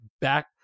back